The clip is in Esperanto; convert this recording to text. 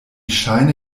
ŝajne